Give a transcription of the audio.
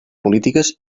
polítiques